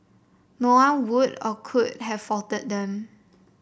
no one would or could have faulted them